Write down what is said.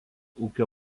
ūkio